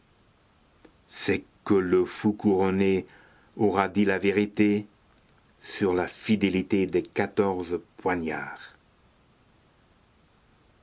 c'est que le fou couronné aura dit la vérité sur la fidélité des quatorze poignards